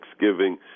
Thanksgiving